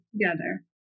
together